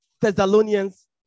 Thessalonians